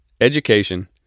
Education